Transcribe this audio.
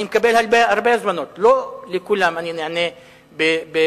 אני מקבל הרבה הזמנות, לא לכולן אני נענה בחיוב.